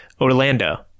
Orlando